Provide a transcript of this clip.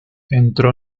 entró